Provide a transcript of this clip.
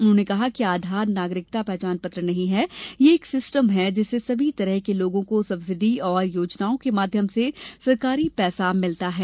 उन्होंने कहा कि आधार नागरिकता पहचान पत्र नहीं है यह एक सिस्टम है जिससे सभी तरह के लोगों को सब्सिडी और योजनाओं के माध्यम से सरकारी पैसा मिलता है